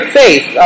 faith